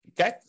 Okay